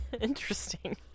interesting